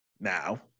Now